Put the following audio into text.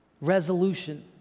resolution